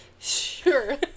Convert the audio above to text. Sure